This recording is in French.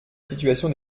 situation